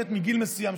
מגיל מסוים,